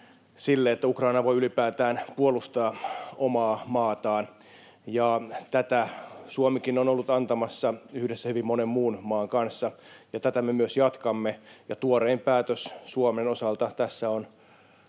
siinä, että Ukraina voi ylipäätään puolustaa omaa maataan. Tätä Suomikin on ollut antamassa yhdessä hyvin monen muun maan kanssa, ja tätä me myös jatkamme, Tuorein päätös Suomen osalta tässä on